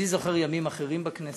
אני זוכר ימים אחרים בכנסת.